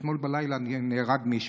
אתמול בלילה נהרג מישהו.